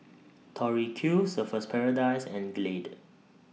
Tori Q Surfer's Paradise and Glade